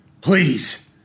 Please